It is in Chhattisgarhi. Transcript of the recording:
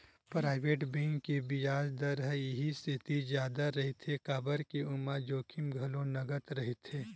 पराइवेट बेंक के बियाज दर ह इहि सेती जादा रहिथे काबर के ओमा जोखिम घलो नँगत रहिथे